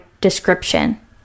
description